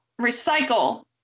Recycle